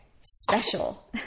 special